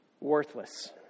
worthless